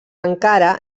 encara